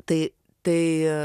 tai tai